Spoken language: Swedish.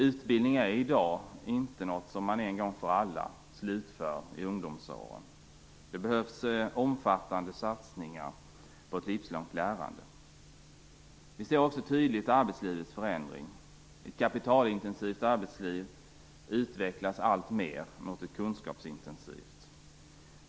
Utbildning är i dag inte något som man en gång för alla slutför i ungdomsåren. Det behövs omfattande satsningar på ett livslångt lärande. Vi ser också tydligt arbetslivets förändring. Ett kapitalintensivt arbetsliv utvecklas alltmer mot ett kunskapsintensivt.